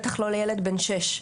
בטח לא לילד בן שש,